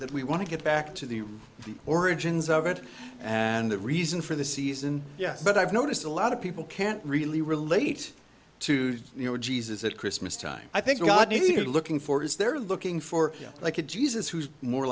that we want to get back to the origins of it and the reason for the season yes but i've noticed a lot of people can't really relate to you know jesus at christmas time i think god needed looking for his they're looking for like a jesus who's more